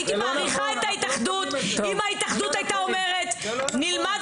הייתי מעריכה את ההתאחדות לו היתה אומרת שהיא תלמד